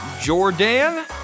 Jordan